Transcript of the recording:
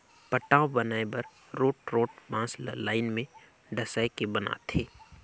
पटांव बनाए बर रोंठ रोंठ बांस ल लाइन में डसाए के बनाथे